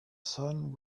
sun